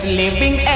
living